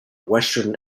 western